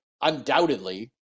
undoubtedly